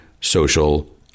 social